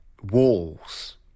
walls